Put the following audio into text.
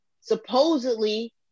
supposedly